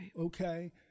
okay